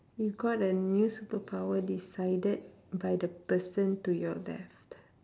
you got a new superpower decided by the person to your left